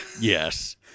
Yes